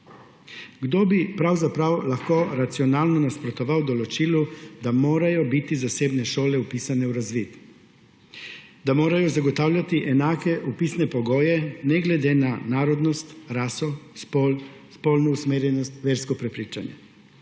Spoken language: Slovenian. Kdo bi pravzaprav lahko racionalno nasprotoval določilu, da morajo biti zasebne šole vpisane v razvid, da morajo zagotavljati enake vpisne pogoje ne glede na narodnost, raso, spol, spolno usmerjenost, versko prepričanje